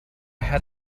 had